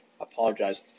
apologize